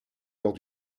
lors